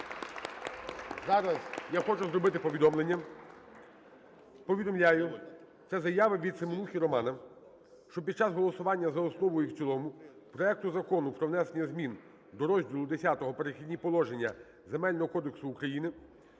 Зараз я хочу зробити повідомлення. Повідомляю, це заява від Семенухи Романа, що під час голосування за основу і в цілому проекту Закону про внесення змін до розділу Х "Перехідні положення" Земельного кодексу України,